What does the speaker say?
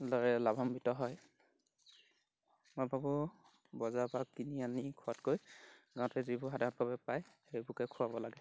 দৰে লাভান্বিত হয় মই ভাবোঁ বজাৰৰ পৰা কিনি আনি খোঁওৱাতকৈ ঘৰতে যিবোৰ সাধাৰণভাৱে পায় সেইবোৰকে খোৱাব লাগে